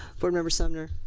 board member sumner.